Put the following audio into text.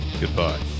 Goodbye